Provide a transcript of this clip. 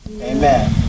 Amen